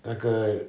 那个